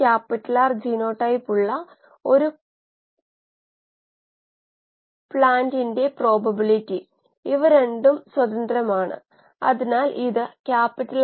സാധാരണഗതിയിൽ ഈ പരീക്ഷണങ്ങളിൽ വളരെയധികം പണം ചെലവഴിക്കാൻ നിങ്ങൾക്കു പറ്റില്ല